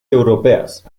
europeas